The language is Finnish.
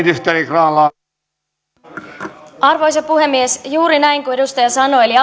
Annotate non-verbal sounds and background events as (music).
arvoisa puhemies juuri näin kuin edustaja sanoi eli (unintelligible)